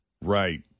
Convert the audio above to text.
Right